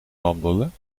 wandelen